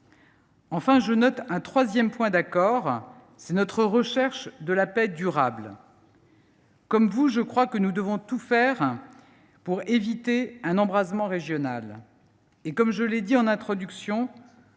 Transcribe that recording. Enfin, je note un troisième point d’accord : notre recherche de la paix durable. Comme vous, je crois que nous devons tout faire pour éviter un embrasement régional ; comme je l’ai dit en introduction,